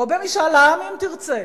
או במשאל עם, אם תרצה,